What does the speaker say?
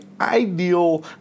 ideal